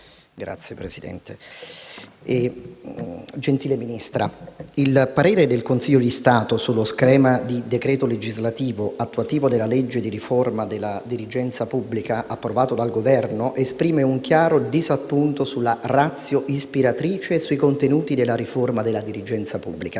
PUGLIA *(M5S)*. Gentile Ministra, il parere del Consiglio di Stato sullo schema di decreto legislativo attuativo della legge di riforma della dirigenza pubblica, approvato dal Governo, esprime un chiaro disappunto sulla *ratio* ispiratrice e sui contenuti della riforma della dirigenza pubblica.